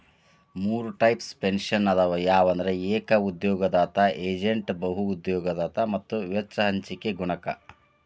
ಮೂರ್ types pension ಅದಾವ ಯಾವಂದ್ರ ಏಕ ಉದ್ಯೋಗದಾತ ಏಜೇಂಟ್ ಬಹು ಉದ್ಯೋಗದಾತ ಮತ್ತ ವೆಚ್ಚ ಹಂಚಿಕೆ ಗುಣಕ